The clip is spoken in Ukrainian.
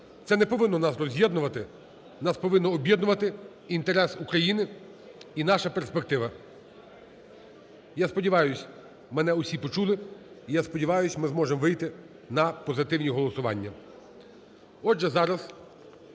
це не повинно нас роз'єднувати, нас повинно об'єднувати інтерес України і наша перспектива. Я сподіваюсь, мене усі почули, і я сподіваюсь, ми зможемо вийти на позитивні голосування.